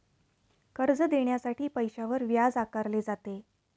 कर्ज देण्यासाठी पैशावर व्याज आकारले जाते